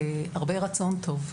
הרבה רצון טוב.